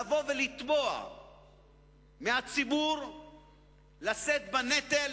לתבוע מהציבור לשאת בנטל